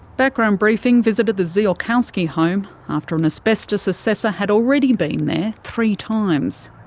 background briefing visited the ziolkowski home after an asbestos assessor had already been there three times.